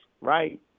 right